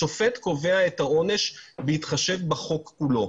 השופט קובע את העונש בהתחשב בחוק כולו.